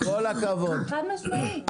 בטח, בטח, חד משמעית.